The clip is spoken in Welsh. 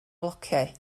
flociau